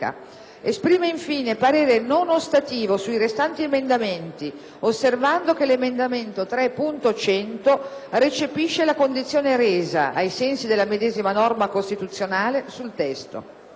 Esprime, infine, parere non ostativo sui restanti emendamenti, osservando che l'emendamento 3.100 recepisce la condizione resa, ai sensi della medesima norma costituzionale, sul testo».